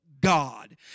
God